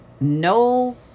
no